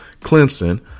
Clemson